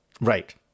Right